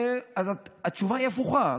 אז התשובה היא הפוכה,